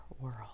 world